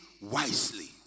wisely